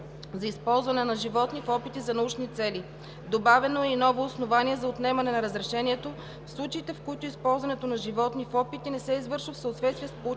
за използване на животни в опити за научни цели. Добавено е и ново основание за отнемане на разрешението в случаите, в които използването на животни в опити не се извършва в съответствие с полученото